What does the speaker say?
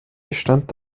bestand